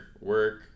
work